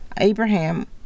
Abraham